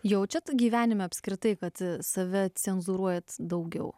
jaučiate gyvenime apskritai kad save cenzūruojate daugiau